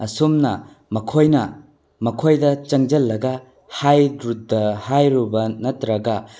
ꯑꯁꯨꯝꯅ ꯃꯈꯣꯏꯅ ꯃꯈꯣꯏꯗ ꯆꯪꯁꯤꯜꯂꯒ ꯍꯥꯏꯔꯨꯕ ꯅꯠꯇ꯭ꯔꯒ